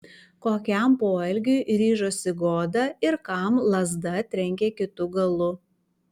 kokiam poelgiui ryžosi goda ir kam lazda trenkė kitu galu